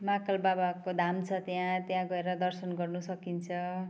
महाकाल बाबाको धाम छ त्यहाँ त्यहाँ गएर दर्शन गर्न सकिन्छ